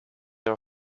your